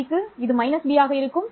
-b க்கு இது -b ஆக இருக்கும்